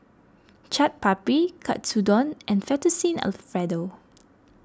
Chaat Papri Katsudon and Fettuccine Alfredo